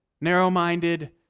narrow-minded